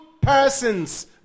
persons